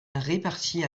répartis